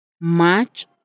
March